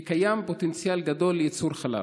וקיים פוטנציאל גדול לייצור חלב.